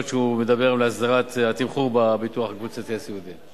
שהוא מדבר עליהן להסדרת התמחור בביטוח הקבוצתי הסיעודי.